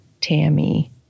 Tammy